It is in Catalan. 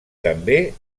també